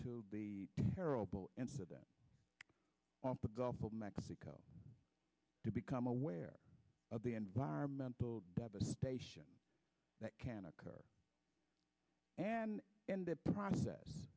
to the terrible incident the gulf of mexico to become aware of the environmental devastation that can occur and in the process